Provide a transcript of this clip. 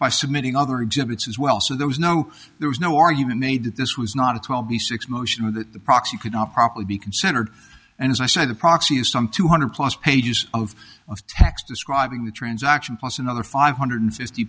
by submitting other exhibits as well so there was no there was no argument made that this was not a twelve b six motion of the proxy could not properly be considered and as i said the proxy is some two hundred plus pages of text describing the transaction plus another five hundred fifty